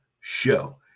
show